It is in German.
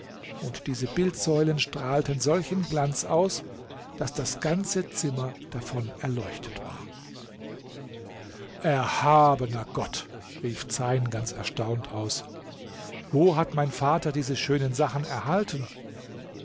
und diese bildsäulen strahlten solchen glanz aus daß das ganze zimmer davon erleuchtet war erhabener gott rief zeyn ganz erstaunt aus wo hat mein vater diese schönen sachen erhalten